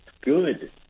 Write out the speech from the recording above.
good